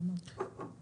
לא אמרנו שזה אוטומטי.